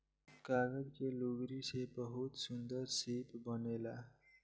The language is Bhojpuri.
कागज के लुगरी से बहुते सुन्दर शिप बनेला